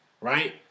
Right